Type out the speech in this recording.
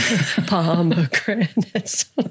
pomegranates